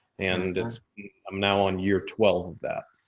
and and i'm now on year twelve that.